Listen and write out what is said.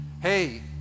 Hey